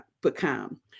become